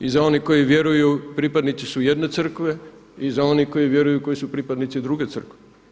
I za one koji vjeruju pripadnici su jedne crkve i za one koji vjeruju koji su pripadnici druge crkve.